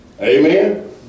Amen